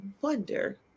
wonder